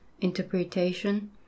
interpretation